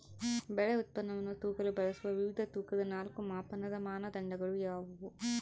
ಬೆಳೆ ಉತ್ಪನ್ನವನ್ನು ತೂಗಲು ಬಳಸುವ ವಿವಿಧ ತೂಕದ ನಾಲ್ಕು ಮಾಪನದ ಮಾನದಂಡಗಳು ಯಾವುವು?